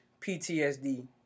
PTSD